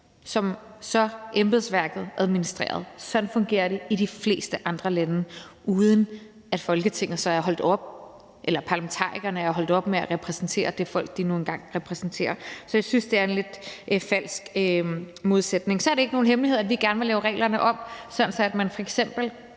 som embedsværket så administrerede. Sådan fungerer det i de fleste andre lande, uden at parlamentarikerne så er holdt op med at repræsentere det folk, de nu engang repræsenterer. Så jeg synes, at det er en lidt falsk modsætning. Så er det ikke nogen hemmelighed, at vi gerne vil lave reglerne om, sådan at man f.eks.